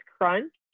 crunch